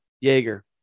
jaeger